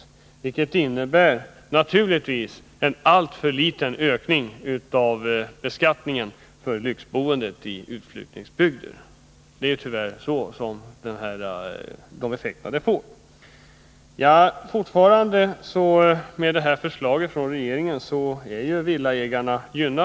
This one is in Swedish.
Men naturligtvis blir det en alltför liten ökning av beskattningen för lyxboende i utflyttningsbygder — det är tyvärr sådana effekter detta får. Med det här regeringsförslaget gynnas fortfarande villaägarna.